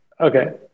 Okay